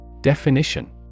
Definition